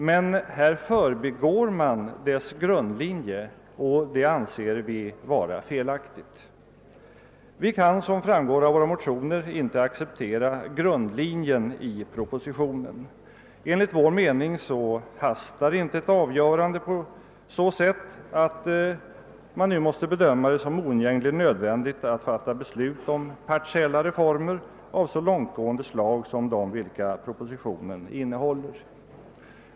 Men här åsidosätter man dess grundlinje, och det anser vi vara felaktigt. Vi kan, som framgår av våra motioner, inte acceptera grundlinjen i propositionen. Enligt vår mening brådskar inte ett avgörande på sådant sätt att man nu måste bedöma det som oundgängligen nödvändigt att fatta beslut om partiella reformer av så långtgående slag som de, vilka propositionen innehåller.